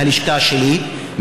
והלשכה שלי,